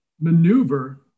maneuver